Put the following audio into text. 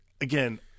again